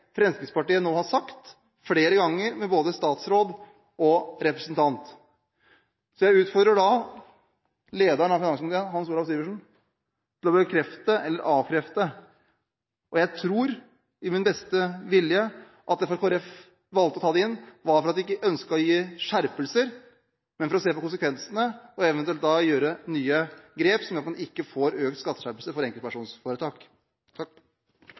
Fremskrittspartiet nå har sagt flere ganger – både statsråd og representant – så jeg utfordrer lederen av finanskomiteen, Hans Olav Syversen, til å bekrefte eller avkrefte det. Jeg tror, med min beste vilje, at Kristelig Folkeparti valgte å ta det inn, ikke fordi de ønsket å gi skjerpelser, men for å se på konsekvensene, og eventuelt gjøre nye grep som gjør at en ikke får økte skatteskjerpelser for